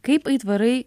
kaip aitvarai